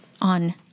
on